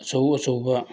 ꯑꯆꯧ ꯑꯆꯧꯕ